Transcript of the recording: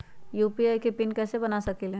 UPI के PIN कैसे बना सकीले?